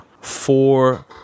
four